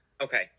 Okay